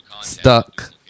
Stuck